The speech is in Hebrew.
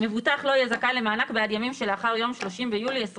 מבוטח לא יהיה זכאי למענק בעד ימים שלאחר יום 30 ביולי 2021